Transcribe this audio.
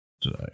today